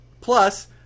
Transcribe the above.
Plus